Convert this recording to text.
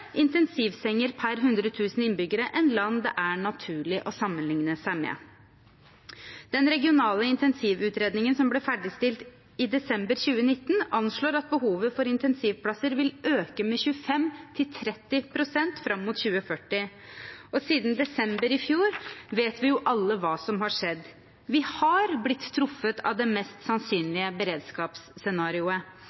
intensivsenger per 100 000 innbyggere enn land det er naturlig å sammenligne seg med. Den regionale intensivutredningen som ble ferdigstilt i desember 2019, anslår at behovet for intensivplasser vil øke med 25–30 pst. fram mot 2040. Og siden desember i fjor vet vi jo alle hva som har skjedd. Vi har blitt truffet av det mest